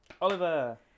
Oliver